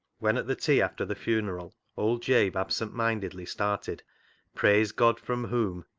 when at the tea after the funeral old jabe absent-mindedly started praise god, from whom,